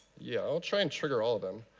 yeah i'll try and trigger all of them.